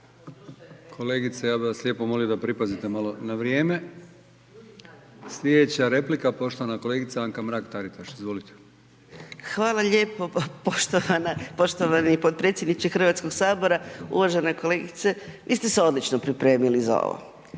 Kolegice, ja bi vas lijepo molio da pripazite malo na vrijeme. Slijedeća replika poštovana kolegica Anka Mrak-Taritaš, izvolite. **Mrak-Taritaš, Anka (GLAS)** Hvala lijepo poštovani potpredsjedniče HS. Uvažena kolegice, vi ste se odlično pripremili za ovo